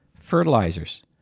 Fertilizers